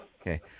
Okay